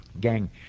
Gang